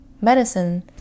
medicine